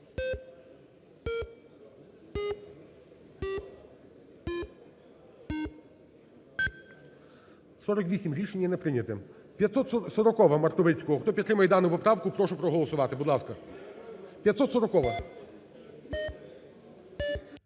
Рішення не прийнято.